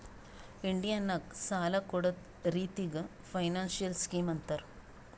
India ನಾಗ್ ಸಾಲ ಕೊಡ್ಡದ್ ರಿತ್ತಿಗ್ ಫೈನಾನ್ಸಿಯಲ್ ಸ್ಕೀಮ್ ಅಂತಾರ್